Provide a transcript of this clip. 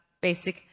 basic